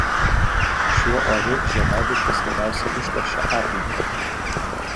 šiuo oru žiedadulkės labiausiai užteršia aplinką